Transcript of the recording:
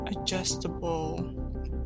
adjustable